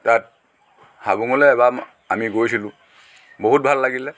তাত হাবুঙলৈ আমি গৈছিলোঁ বহুত ভাল লাগিলে